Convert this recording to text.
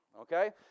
okay